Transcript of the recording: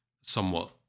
somewhat